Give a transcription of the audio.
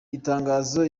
itangazo